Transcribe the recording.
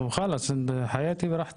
דרך האגודה הייתי ב"גג הוורוד"